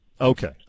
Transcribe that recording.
Okay